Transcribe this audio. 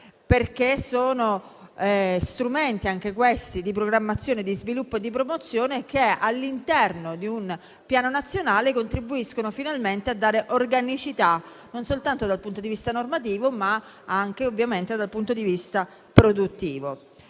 perché sono strumenti - anche questi - di programmazione, sviluppo e promozione che, all'interno di un piano nazionale, contribuiscono finalmente a dare organicità non soltanto dal punto di vista normativo, ma anche produttivo.